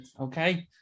Okay